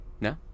no